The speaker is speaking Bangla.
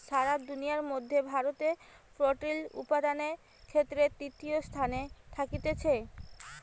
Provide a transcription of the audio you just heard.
সারা দুনিয়ার মধ্যে ভারতে পোল্ট্রি উপাদানের ক্ষেত্রে তৃতীয় স্থানে থাকতিছে